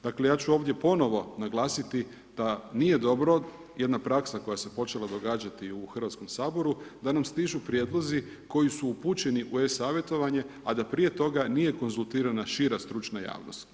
Dakle ja ću ovdje ponovno naglasiti da nije dobro jedna praksa koja se počela događati i u Hrvatskom saboru da nam stižu prijedlozi koji su upućeni u e-savjetovanje a da prije toga nije konzultirana šira stručna javnost.